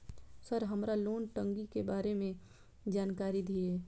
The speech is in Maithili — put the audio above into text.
सर हमरा लोन टंगी के बारे में जान कारी धीरे?